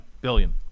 billion